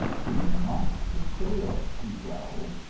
he's not for sale, he growls,